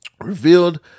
revealed